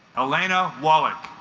elena wallach